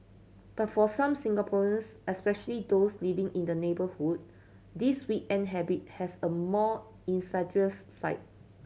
but for some Singaporeans especially those living in the neighbourhood this weekend habit has a more insidious side